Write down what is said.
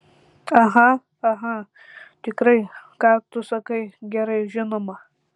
aha aha tikrai ką tu sakai gerai žinoma